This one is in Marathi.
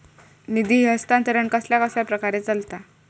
निधी हस्तांतरण कसल्या कसल्या प्रकारे चलता?